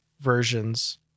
versions